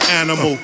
animal